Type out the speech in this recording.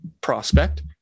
prospect